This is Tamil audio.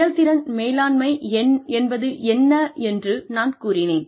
செயல்திறன் மேலாண்மை என்பது என்ன என்று நான் கூறினேன்